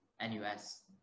NUS